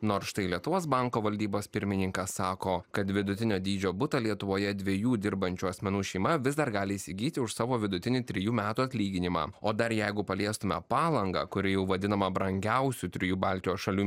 nors štai lietuvos banko valdybos pirmininkas sako kad vidutinio dydžio butą lietuvoje dviejų dirbančių asmenų šeima vis dar gali įsigyti už savo vidutinį trejų metų atlyginimą o dar jeigu paliestume palangą kuri jau vadinama brangiausiu trijų baltijos šalių